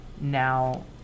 now